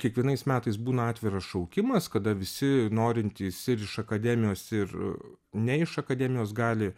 kiekvienais metais būna atviras šaukimas kada visi norintys ir iš akademijos ir ne iš akademijos gali